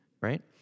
Right